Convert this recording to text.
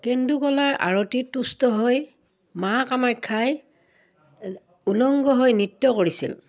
কেন্দুকলাৰ আৰতিত তুষ্ট হৈ মা কামাখ্যাই উলংগ হৈ নৃত্য কৰিছিল